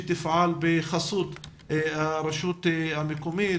ועדה שתפעל בחסות הרשות המקומית,